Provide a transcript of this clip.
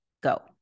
Go